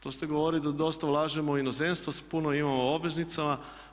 To ste govorili da dosta ulažemo u inozemstvo, puno imamo obveznica.